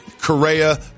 Correa